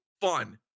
fun